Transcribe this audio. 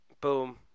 Boom